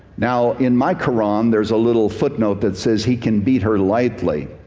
now, in my quran there's a little footnote that says he can beat her lightly.